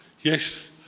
yes